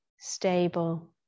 stable